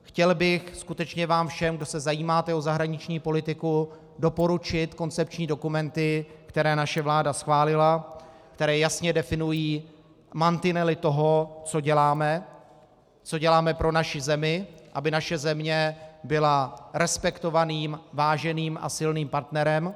Chtěl bych skutečně vám všem, kdo se zajímáte o zahraniční politiku, doporučit koncepční dokumenty, které naše vláda schválila, které jasně definují mantinely toho, co děláme, co děláme pro naši zemi, aby naše země byla respektovaným, váženým a silným partnerem.